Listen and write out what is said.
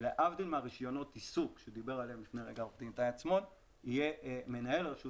להבדיל מרישיונות עיסוק עליהן דיבר לפני רגע עורך דין איתי עצמון,